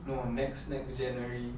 no next next january okay